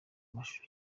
mashusho